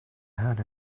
had